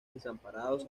desamparados